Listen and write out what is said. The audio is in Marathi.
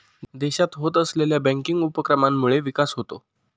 देशात होत असलेल्या बँकिंग उपक्रमांमुळे विकास होतो